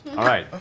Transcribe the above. all right.